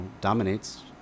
dominates